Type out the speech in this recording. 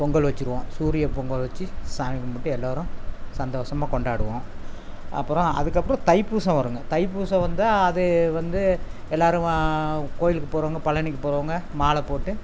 பொங்கல் வச்சிருவோம் சூரியப்பொங்கல் வச்சி சாமி கும்பிட்டு எல்லோரும் சந்தோஷமாக கொண்டாடுவோம் அப்புறம் அதுக்கப்புறம் தைப்பூசம் வருங்க தைப்பூசம் வந்தால் அது வந்து எல்லாரும் கோயிலுக்கு போறவங்க பழனிக்கு போறவங்க மாலை போட்டு